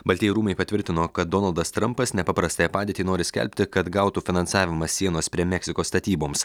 baltieji rūmai patvirtino kad donaldas trampas nepaprastąją padėtį nori skelbti kad gautų finansavimą sienos prie meksikos statyboms